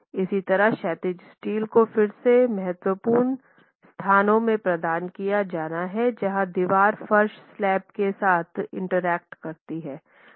इसी तरह क्षैतिज स्टील को फिर से महत्वपूर्ण स्थानों में प्रदान किया जाना है जहां दीवार फर्श स्लैब के साथ इंटरैक्ट करती है